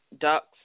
ducks